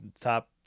top